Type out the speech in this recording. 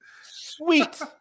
Sweet